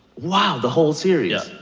wow the whole series? yeah